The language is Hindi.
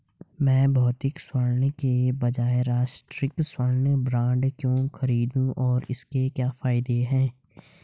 मैं भौतिक स्वर्ण के बजाय राष्ट्रिक स्वर्ण बॉन्ड क्यों खरीदूं और इसके क्या फायदे हैं?